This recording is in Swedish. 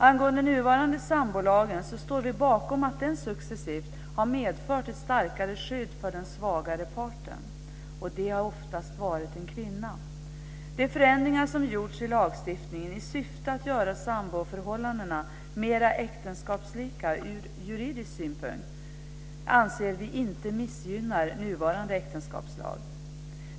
Angående nuvarande sambolag så står vi bakom att den successivt har medfört ett starkare skydd för den svagare parten, och det har oftast varit en kvinna. De förändringar som gjorts i lagstiftningen i syfte att göra samboförhållandena mera äktenskapslika ur juridisk synpunkt anser vi inte missgynnar nuvarande äktenskapslag.